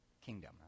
kingdom